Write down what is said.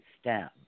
stem